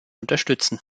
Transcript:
unterstützen